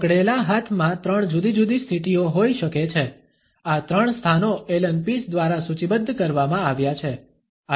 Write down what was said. પકડેલા હાથ માં ત્રણ જુદી જુદી સ્થિતિઓ હોઈ શકે છે આ ત્રણ સ્થાનો એલન પીસ દ્વારા સૂચિબદ્ધ કરવામાં આવ્યા છે